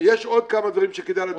יש עוד כמה דברים שכדאי לדון בהם.